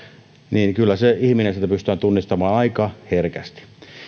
niin kyllä se ihminen siitä pystytään tunnistamaan aika herkästi